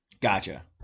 Gotcha